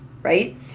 right